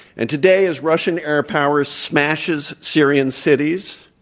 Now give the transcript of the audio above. and today, as russian air power smashes syrian cities,